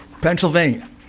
Pennsylvania